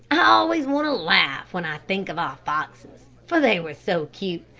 i always want to laugh when i think of our foxes, for they were so cute.